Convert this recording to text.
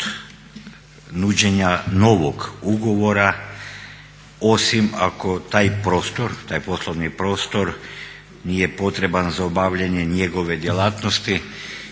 nuđenja novog ugovora osim ako taj prostor, taj poslovni prostor nije potreban za obavljanje njegove djelatnosti